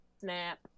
Snap